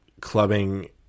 clubbing